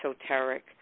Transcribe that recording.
esoteric